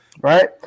Right